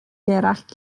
gerallt